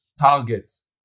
targets